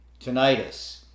tinnitus